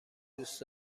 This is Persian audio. دوست